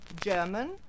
German